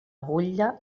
butlla